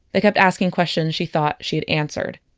they kept asking questions she thought she had answered.